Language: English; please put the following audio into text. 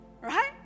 Right